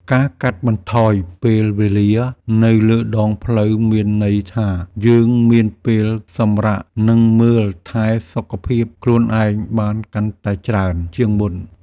ការកាត់បន្ថយពេលវេលានៅលើដងផ្លូវមានន័យថាយើងមានពេលសម្រាកនិងមើលថែសុខភាពខ្លួនឯងបានកាន់តែច្រើនជាងមុន។